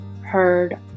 heard